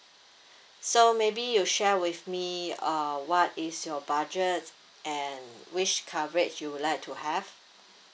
so maybe you share with me uh what is your budget and which coverage you would like to have